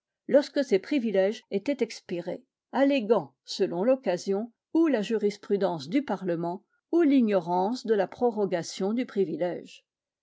lorsque ces privilèges étaient expirés alléguant selon l'occasion ou la jurisprudence du parlement ou l'ignorance de la prorogation du privilège